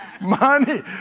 Money